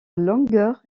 longueur